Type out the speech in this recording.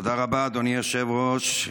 תודה רבה, אדוני היושב-ראש.